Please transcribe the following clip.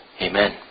Amen